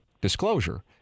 disclosure